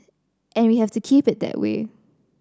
and we have to keep it that way